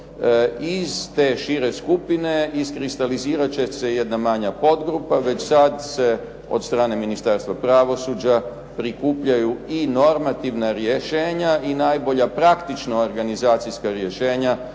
Iz te šire skupine iskristalizirat će se jedna manja podgrupa, već sad se od strane Ministarstva pravosuđa prikupljaju i normativna rješenja i najbolja praktično organizacijska rješenja